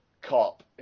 cop